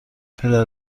پدر